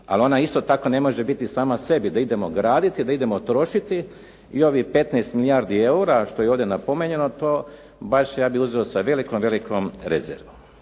Ali ona isto tako ne može biti sama sebi da idemo graditi, da idemo trošiti i ovih 15 milijardi eura što je ovdje napomenuto, to baš ja bih uzeo sa velikom, velikom rezervom.